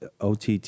OTT